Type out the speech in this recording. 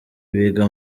biga